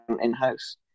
in-house